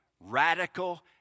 Radical